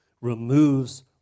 removes